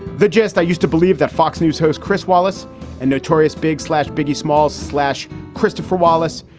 the gist, i used to believe that fox news host chris wallace and notorious big slash biggie smalls slash christopher wallace,